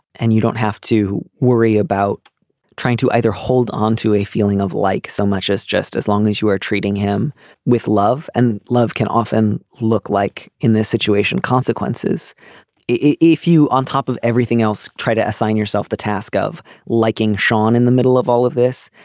and you don't have to worry about trying to either hold onto a feeling of like so much as just as long as you are treating him with love and love can often look like in this situation consequences if you on top of everything else try to assign yourself the task of liking shaun in the middle of all of this.